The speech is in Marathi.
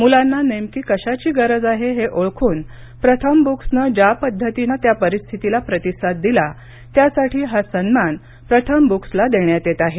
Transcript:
मुलांना नेमकी कशाची गरज आहे हे ओळखून प्रथम बुक्सनं ज्या पद्धतीनं त्या परिस्थितीला प्रतिसाद दिला त्यासाठी हा सन्मान प्रथम बुक्सला देण्यात येत आहे